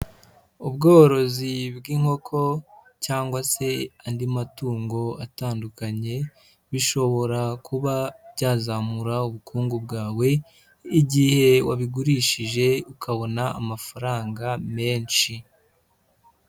Ubworozi bw'inkoko cyangwa se andi matungo atandukanye bishobora kuba byazamura ubukungu bwawe, igihe wabigurishije ukabona amafaranga menshi.